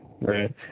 right